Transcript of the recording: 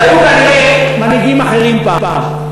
היו כנראה מנהיגים אחרים פעם,